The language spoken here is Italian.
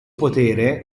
potere